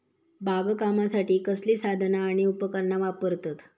बागकामासाठी कसली साधना आणि उपकरणा वापरतत?